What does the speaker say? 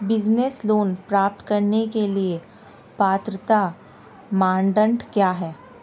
Business loan प्राप्त करने के लिए पात्रता मानदंड क्या हैं?